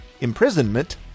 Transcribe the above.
imprisonment